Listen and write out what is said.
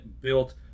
built